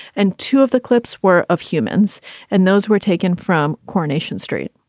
and two of the clips were of humans and those were taken from coronation street.